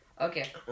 Okay